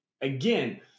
Again